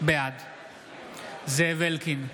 בעד זאב אלקין,